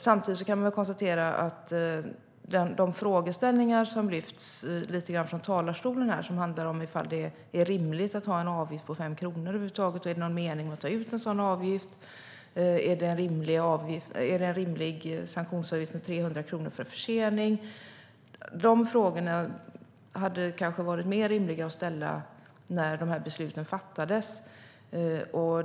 Samtidigt kan jag konstatera att en del av de frågor som lyfts fram här i talarstolen och som handlar om huruvida det är rimligt att ha en avgift på 5 kronor, om det är någon mening att ta ut en sådan avgift och om 300 kronor är en rimlig sanktionsavgift för försening kanske hade varit mer rimliga att ställa när dessa beslut fattades.